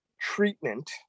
treatment